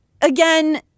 again